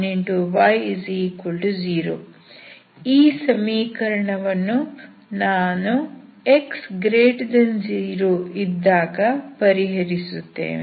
4x2y4xy16x2 1y0 ಈ ಸಮೀಕರಣವನ್ನು ನಾನು x0 ಇದ್ದಾಗ ಪರಿಹರಿಸುತ್ತೇನೆ